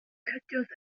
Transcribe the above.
cydiodd